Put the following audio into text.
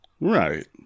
right